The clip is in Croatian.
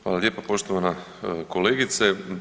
Hvala lijepa poštovana kolegice.